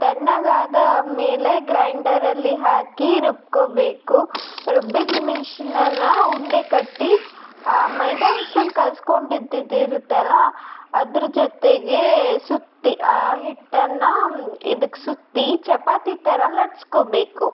ತಣ್ಣಗಾದ ಮೇಲೆ ಗ್ರೈಂಡರಲ್ಲಿ ಹಾಕಿ ರುಬ್ಕೋಬೇಕು ರುಬ್ಬಿದ ಮಿಶ್ನನ್ನ ಉಂಡೆ ಕಟ್ಟಿ ಆ ಮೈದಾಹಿಟ್ಟನ್ನ ಕಲ್ಸ್ಕೊಂಡಿದ್ದಿದ್ದು ಇರುತ್ತಲ್ಲ ಅದ್ರ ಜೊತೆಗೆ ಸುತ್ತಿ ಆ ಹಿಟ್ಟನ್ನು ಇದಕ್ಕೆ ಸುತ್ತಿ ಚಪಾತಿ ಥರ ಲಟ್ಟಿಸ್ಕೊಬೇಕು